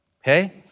okay